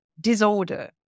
disorder